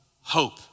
hope